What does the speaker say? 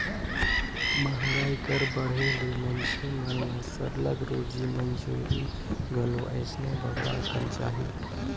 मंहगाई कर बढ़े ले मइनसे मन ल सरलग रोजी मंजूरी घलो अइसने बगरा अकन चाही